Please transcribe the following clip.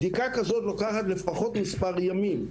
בדיקה כזו לוקחת לפחות מספר ימים.